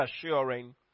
assuring